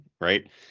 Right